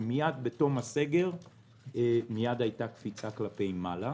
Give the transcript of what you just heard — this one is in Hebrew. ומיד בתום הסגר מיד הייתה קפיצה כלפי מעלה.